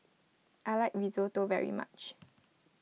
I like Risotto very much